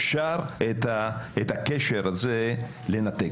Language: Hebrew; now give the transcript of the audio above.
אפשר את הקשר הזה לנתק.